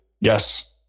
yes